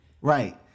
Right